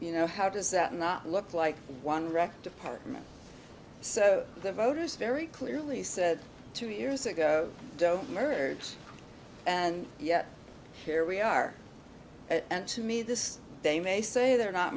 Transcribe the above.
know how does that not look like one wreck department so the voters very clearly said two years ago don't merge and yet here we are and to me this they may say they're not